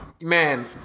Man